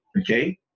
okay